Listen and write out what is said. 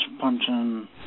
punching